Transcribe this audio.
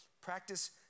practice